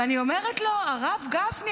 ואני אומרת לו: הרב גפני,